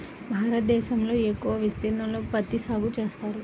భారతదేశంలో ఎక్కువ విస్తీర్ణంలో పత్తి సాగు చేస్తారు